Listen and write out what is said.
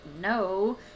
no